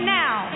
now